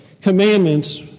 commandments